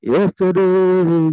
Yesterday